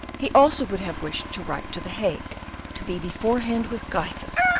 he also would have wished to write to the hague to be beforehand with gryphus,